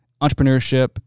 entrepreneurship